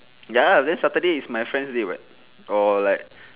ya lah then saturday is my friend day [what] or like